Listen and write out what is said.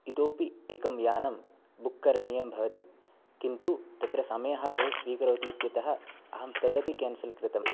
इतोऽपि एकं यानं बुक् करणीयं भवति किन्तु तत्र समयं बहु स्वीकरोति इत्यतः अहं तदपि केन्सेल् कृतम्